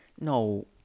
no